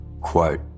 quote